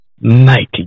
mighty